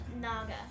naga